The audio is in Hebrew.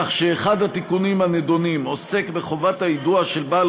כך שאחד התיקונים עוסק בחובת היידוע של בעל